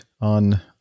on